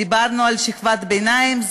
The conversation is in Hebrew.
דיברנו על שכבת הביניים.